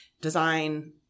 design